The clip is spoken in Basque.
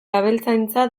abeltzaintza